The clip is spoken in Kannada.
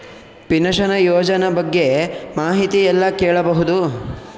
ಪಿನಶನ ಯೋಜನ ಬಗ್ಗೆ ಮಾಹಿತಿ ಎಲ್ಲ ಕೇಳಬಹುದು?